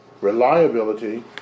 reliability